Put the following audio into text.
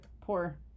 Poor